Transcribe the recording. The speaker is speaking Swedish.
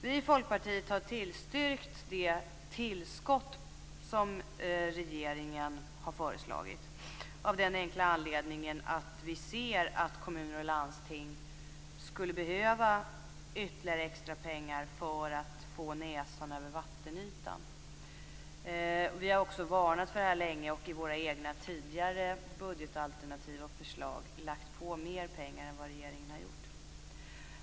Vi i Folkpartiet har tillstyrkt det tillskott som regeringen har föreslagit av den enkla anledningen att vi ser att kommuner och landsting skulle behöva ytterligare extra pengar för att få näsan över vattenytan. Vi har varnat för det här länge och i våra egna tidigare budgetalternativ och budgetförslag lagt på mer än vad regeringen har gjort.